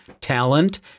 talent